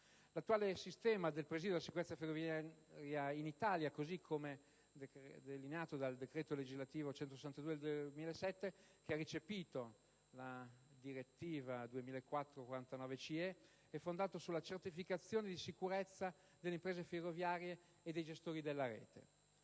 L'attuale sistema del presidio della sicurezza ferroviaria in Italia, così come delineato dal decreto legislativo n. 162 del 2007, che ha recepito la direttiva 2004/49/CE, è fondato sulla certificazione di sicurezza delle imprese ferroviarie e dei gestori della rete;